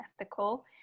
ethical